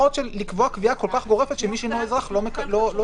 לקבוע קביעה כל כך גורפת שמי שאינו אזרח לא יקבל